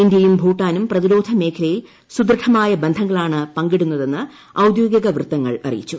ഇന്ത്യയും ഭൂട്ടാനും പ്രതിരോധ മേഖലയിൽ സുദൃഢമായ ബന്ധങ്ങളാണ് പങ്കിടുന്നതെന്ന് ഔദ്യോഗിക വൃത്തങ്ങൾ അറിയിച്ചു